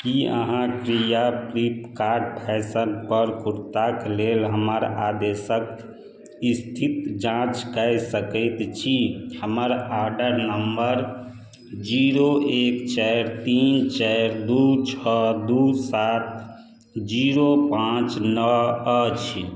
की अहाँ कृपया Flipkart fashion पर कुर्ता कऽ लेल हमर आदेशक स्थित जाँच कै सकैत छी हमर ऑर्डर नम्बर जीरो एक चारि तीन चारि दू छओ दू सात जीरो पाँच नओ अछि